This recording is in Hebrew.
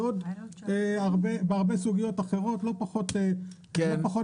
בעוד הרבה סוגיות אחרות לא פחות מורכבות.